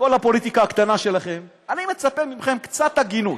בכל הפוליטיקה הקטנה שלכם אני מצפה מכם לקצת הגינות.